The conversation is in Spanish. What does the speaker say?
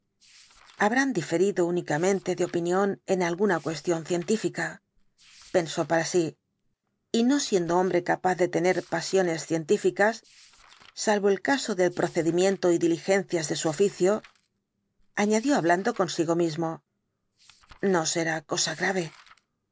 habrán diferido únicamente de opinión en alguna cuestión científica pensó para sí y no siendo hombre capaz de tener pasiones científicas salvo el caso del procedimiento y diligencias de su oficio añadió hablando consigo mismo no será cosa grave